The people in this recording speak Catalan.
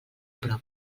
prop